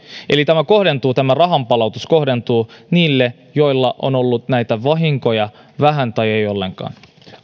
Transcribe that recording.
eli tämä rahanpalautus kohdentuu niille joilla on ollut näitä vahinkoja vähän tai ei ollenkaan